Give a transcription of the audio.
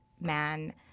man